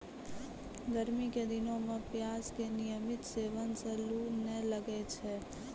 गर्मी के दिनों मॅ प्याज के नियमित सेवन सॅ लू नाय लागै छै